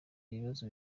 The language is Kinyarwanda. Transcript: ibibazo